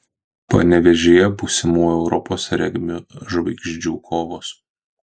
panevėžyje būsimų europos regbio žvaigždžių kovos